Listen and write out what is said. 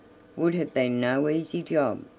would have been no easy job.